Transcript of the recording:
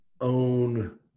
own